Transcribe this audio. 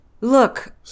Look